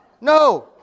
No